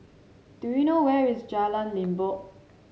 do you know where is Jalan Limbok